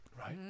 right